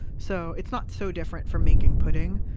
so it's not so different from making pudding.